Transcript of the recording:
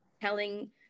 telling